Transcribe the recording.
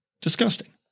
disgusting